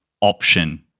option